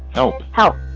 help! help!